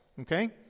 Okay